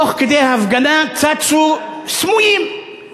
תוך כדי הפגנה צצו סמויים,